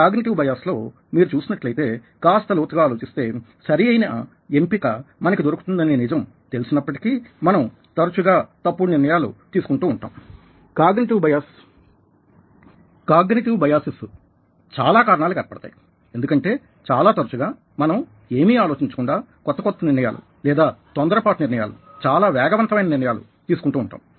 cognitive bias లో మీరు చూసినట్లయితే కాస్త లోతుగా ఆలోచిస్తే సరి అయిన ఎంపిక మనకి దొరుకుతుందనే నిజం తెలిసినప్పటికీ మనం తరచుగా తప్పుడు నిర్ణయాలు తీసుకుంటూ ఉంటాం కాగ్నిటివ్ బయాసెస్ చాలా కారణాలకి ఏర్పడతాయి ఎందుకంటే చాలా తరచుగా మనం ఏమీ ఆలోచించకుండా కొత్త కొత్త నిర్ణయాలు లేదా తొందరపాటు నిర్ణయాలు చాలా వేగవంతమైన నిర్ణయాలు తీసుకుంటూఉంటాం